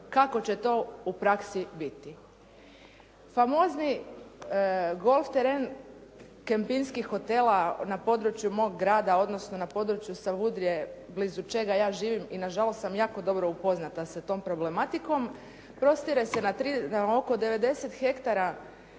kako će to u praksi biti. Famozni golf teren kempinskih hotela na području mog grada, odnosno na području Savudrije blizu čega ja živim i na žalost sam jako dobro upoznata sa tom problematikom, prostire se na oko 90 hektara